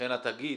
לכן התאגיד,